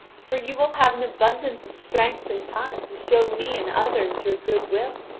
for you will have an abundance of strength and time to show me and others your good will.